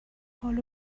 حال